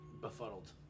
befuddled